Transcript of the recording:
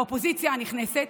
האופוזיציה הנכנסת,